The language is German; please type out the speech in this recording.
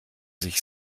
sich